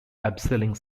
abseiling